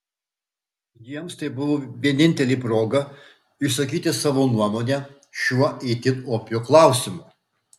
jiems tai buvo vienintelė proga išsakyti savo nuomonę šiuo itin opiu klausimu